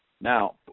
Now